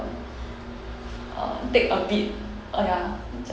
uh take a bit uh ya